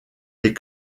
des